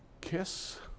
Kiss